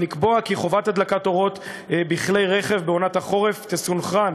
היא לקבוע כי חובת הדלקת אורות בכלי רכב בעונת החורף תסונכרן